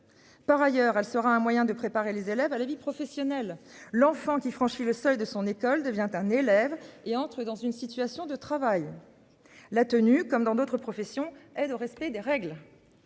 Par ailleurs, elle sera un moyen de préparer les élèves à la vie professionnelle. L'enfant qui franchit le seuil de son école devient un élève, et entre dans une situation de travail. La tenue comme dans d'autres professions, aide au respect des règles.